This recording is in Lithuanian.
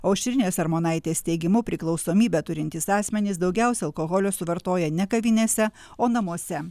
aušrinės armonaitės teigimu priklausomybę turintys asmenys daugiausiai alkoholio suvartoja ne kavinėse o namuose